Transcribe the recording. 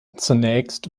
zunächst